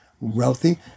wealthy